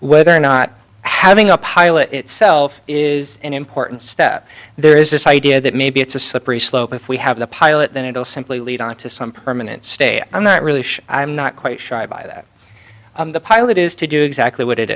whether or not having a pilot itself is an important step there is this idea that maybe it's a slippery slope if we have the pilot then it will simply lead on to some permanent stay i'm not really sure i'm not quite sure i buy that the pilot is to do exactly what it